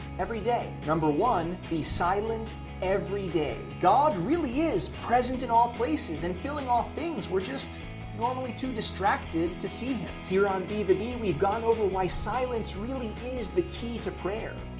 every day. one. be silent every day god really is present in all places, and filling all things. we're just normally too distracted to see him. here on be the bee, we've gone over why silence really is the key to prayer.